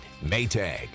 Maytag